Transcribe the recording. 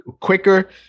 quicker